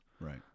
Right